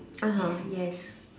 [aha] yes